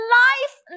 life